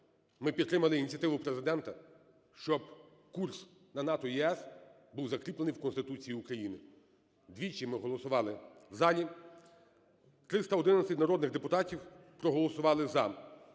ми підтримали ініціативу Президента, щоб курс на НАТО і ЄС був закріплений в Конституції України. Двічі ми голосували в залі, 311 народних депутатів проголосували "за".